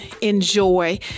enjoy